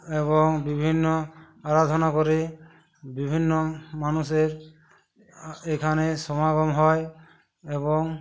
এবং বিভিন্ন আরাধনা করে বিভিন্ন মানুষের এখানে সমাগম হয় এবং